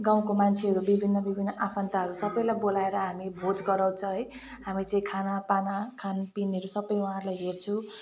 गाउँको मान्छेहरू विभिन्न विभिन्न आफन्तहरू सबैलाई बोलाएर हामी भोज गराउँछौँ है हामी चाहिँ खानापान खानपिनहरू सबै वहाँहरूलाई हेर्छु